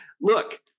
Look